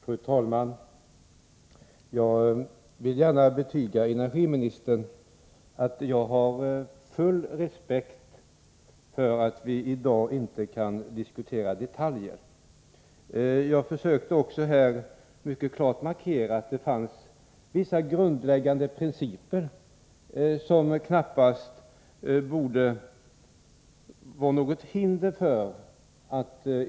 Fru talman! Jag vill gärna betyga energiministern att jag har full respekt för att vi i dag inte kan diskutera detaljer. Jag försökte emellertid mycket klart markera att det finns vissa grundläggande principer som energiministern knappast borde vara förhindrad att här diskutera.